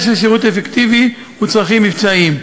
משך שירות אפקטיבי וצרכים מבצעיים.